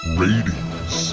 ratings